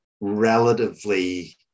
relatively